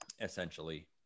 Essentially